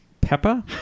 Peppa